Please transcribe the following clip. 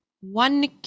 one